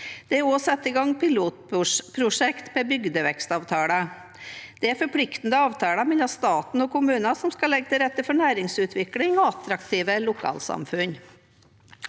Det er også satt i gang pilotprosjekter med bygdevekstavtaler. Det er forpliktende avtaler mellom staten og enkeltkommuner som skal legge til rette for næringsutvikling og attraktive lokalsamfunn.